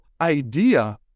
idea